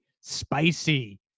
spicy